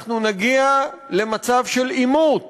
אנחנו נגיע למצב של עימות